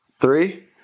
Three